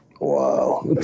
wow